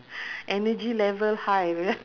energy level high